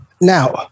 Now